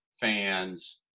fans